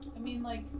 i mean, like,